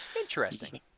Interesting